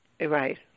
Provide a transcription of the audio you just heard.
Right